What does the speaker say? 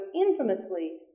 infamously